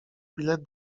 bilet